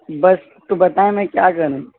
بس تو بتائیں میں کیا کروں